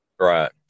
Right